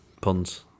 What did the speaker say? puns